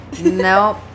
Nope